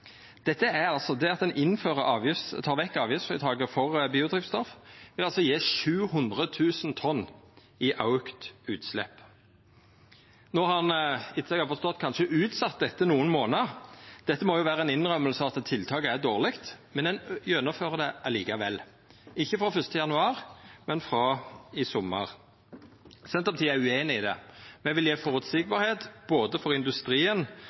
Det at ein tek vekk avgiftsfritaket for biodrivstoff, vil gje 700 000 tonn i auka utslepp. No har ein, etter som eg har forstått, kanskje utsett dette nokre månader. Det må jo vera ei innrømming av at tiltaket er dårleg, men ein gjennomfører det likevel – ikkje frå 1. januar, men frå sommaren. Senterpartiet er ueinig i det. Me vil gje føreseielege vilkår både for industrien